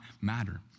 matter